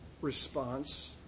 response